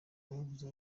babuze